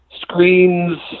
screens